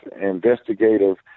investigative